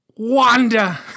Wanda